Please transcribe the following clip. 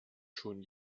schon